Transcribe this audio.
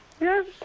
Yes